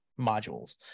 modules